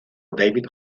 david